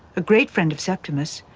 a great friend of septimus,